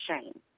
shame